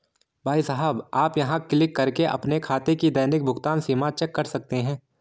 भाई साहब आप यहाँ क्लिक करके अपने खाते की दैनिक भुगतान सीमा चेक कर सकते हैं